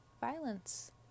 violence